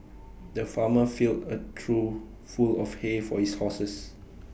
the farmer filled A trough full of hay for his horses